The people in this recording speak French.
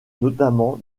notamment